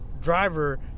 driver